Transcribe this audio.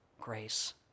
grace